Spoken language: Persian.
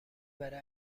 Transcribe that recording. برای